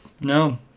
No